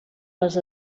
les